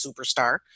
superstar